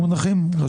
אלו לא